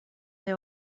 they